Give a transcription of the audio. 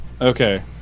Okay